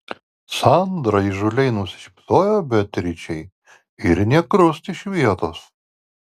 sandra įžūliai nusišypsojo beatričei ir nė krust iš vietos